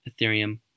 Ethereum